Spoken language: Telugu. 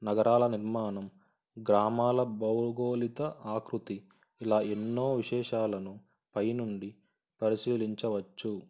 నగరాల నిర్మాణం గ్రామాల భౌగోలిక ఆకృతి ఇలా ఎన్నో విశేషాలను పైనుండి పరిశీలించవచ్చు